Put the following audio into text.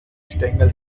stängel